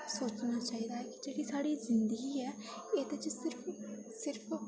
सोचना चाहिदा कि साढ़ी जेह्ड़ी जिंदगी ऐ एह्दे च सिर्फ सिर्फ